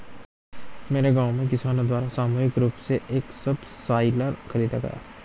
मेरे गांव में किसानो द्वारा सामूहिक रूप से एक सबसॉइलर खरीदा गया